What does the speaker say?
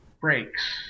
breaks